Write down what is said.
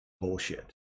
bullshit